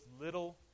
little